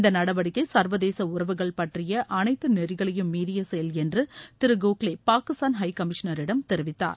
இந்த நடவடிக்கை ச்வதேச உறவுகள் பற்றிய அனைத்து நெறிகளையும் மீறிய செயல் என்று திரு கோகலே பாகிஸ்தான் ஹை கமிஷனரிடம் தெரிவித்தார்